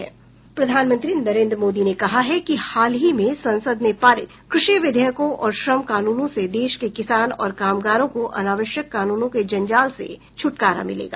प्रधानमंत्री नरेन्द्र मोदी ने कहा है कि हाल ही में संसद में पारित कृषि विधेयकों और श्रम कानूनों से देश के किसान और कामगारों को अनावश्यक कानूनों के जंजाल से छुटकारा मिलेगा